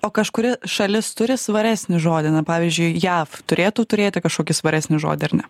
o kažkuri šalis turi svaresnį žodį na pavyzdžiui jav turėtų turėti kažkokį svaresnį žodį ar ne